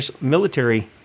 Military